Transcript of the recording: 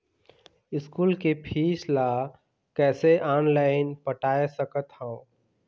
School के fees ला कैसे ऑनलाइन पटाए सकत हव?